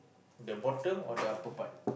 the bottom or the upper part